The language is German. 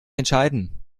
entscheiden